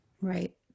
Right